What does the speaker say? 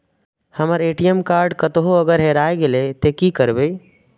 हमर ATM card कतहो अगर हेराय गले ते की करबे?